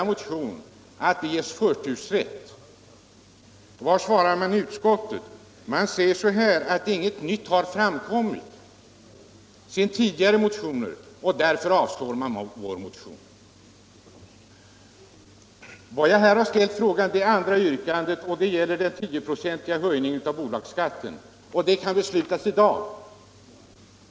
Och vad svarar utskottet? Jo, man säger att ingenting nytt har framkommit sedan tidigare motioner behandlades och därför avstyrker man vår motion. Det andra yrkandet gäller den 10-procentiga höjningen av bolagsskatten. En sådan höjning kan beslutas i dag.